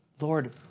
Lord